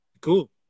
Cool